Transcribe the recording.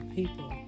people